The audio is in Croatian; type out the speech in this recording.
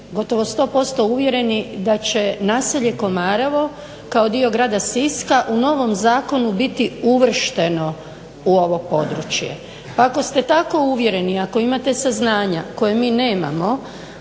gotovo 100% uvjereni da će naselje Komarevo kao dio grada Siska u novom zakonu biti uvršteno u ovo područje. Pa ako ste tako uvjereni, ako imate saznanja koje mi nemamo